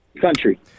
Country